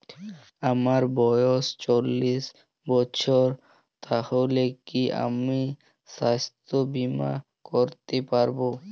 আমার বয়স চল্লিশ বছর তাহলে কি আমি সাস্থ্য বীমা করতে পারবো?